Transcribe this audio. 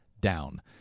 down